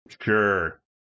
Sure